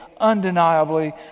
undeniably